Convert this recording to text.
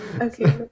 Okay